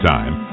Time